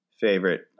favorite